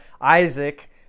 Isaac